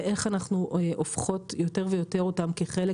ואיך אנחנו הופכות יותר ויותר אותם כחלק